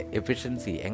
efficiency